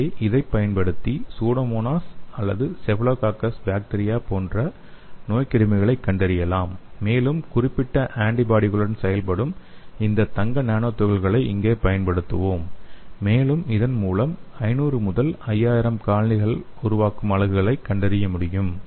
எனவே இதைப் பயன்படுத்தி சூடோமோனாஸ் அல்லது ஸ்டேஃபிளோகோகஸ் பாக்டீரியா போன்ற நோய்க்கிருமிகளைக் கண்டறியலாம் மேலும் குறிப்பிட்ட ஆன்டிபாடிகளுடன் செயல்படும் இந்த தங்க நானோ துகள்களை இங்கே பயன்படுத்துவோம் மேலும் இதன் மூலம் 500 முதல் 5000 காலனி உருவாக்கும் அலகுகளைக் கண்டறிய முடியும்